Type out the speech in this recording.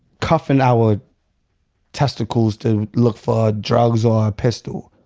cuffin' our testicles to look for drugs or a pistol.